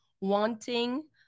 wanting